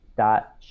dot